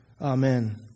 Amen